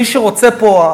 מי שרוצה פה,